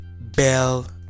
bell